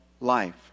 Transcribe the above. life